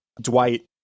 Dwight